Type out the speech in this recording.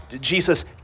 Jesus